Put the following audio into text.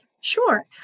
Sure